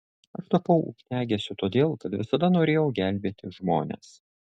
aš tapau ugniagesiu todėl kad visada norėjau gelbėti žmones